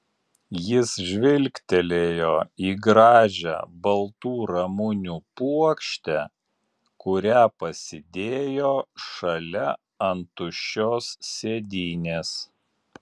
jis žvilgtelėjo į gražią baltų ramunių puokštę kurią pasidėjo šalia ant tuščios sėdynės